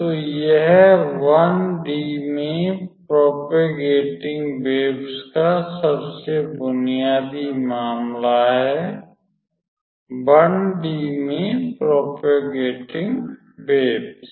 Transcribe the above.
तो यह 1 डी में प्रोपेगेटिंग वेव्स का सबसे बुनियादी मामला है 1 डी में प्रोपेगेटिंग वेव्स